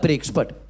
expert